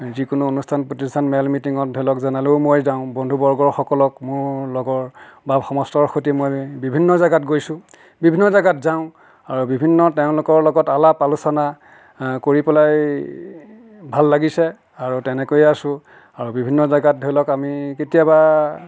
যিকোনো অনুষ্ঠান প্ৰতিষ্ঠান মেল মিটিঙত ধৰি লওক জনালেও মই যাওঁ বন্ধু বৰ্গসকলক মোৰ লগৰ বা সমাষ্টৰ সৈতে মই বিভিন্ন জাগাত গৈছোঁ বিভিন্ন জাগাত যাওঁ আৰু বিভিন্ন তেওঁলোকৰ লগত আলাপ আলোচনা কৰি পেলাই ভাল লাগিছে আৰু তেনেকৈয়ে আছোঁ আৰু বিভিন্ন জাগাত ধৰি লওক আমি কেতিয়াবা